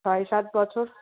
ছয় সাত বছর